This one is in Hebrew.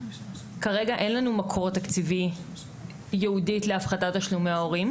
כרגע אין לנו מקור תקציבי ייעודי להפחתת תשלומי ההורים.